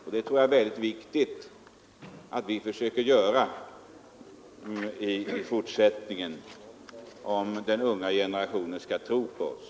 Jag tror att det är mycket viktigt att vi handlar så i fortsättningen om den unga generationen skall tro på oss.